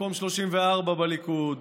מקום 34 בליכוד,